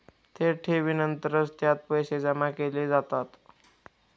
थेट ठेवीनंतरच त्यात पैसे जमा केले जातात